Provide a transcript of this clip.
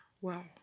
Wow